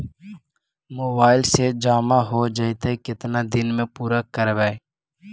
Mobile से जामा हो जैतय, केतना दिन में पुरा करबैय?